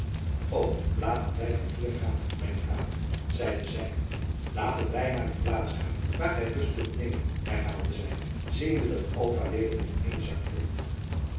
o laten wij van hier gaan mijn vader zeide zij laten wij naar een plaats gaan waar gij rust kunt nemen herhaalde zij ziende dat